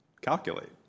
calculate